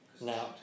Now